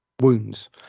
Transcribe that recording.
wounds